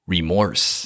Remorse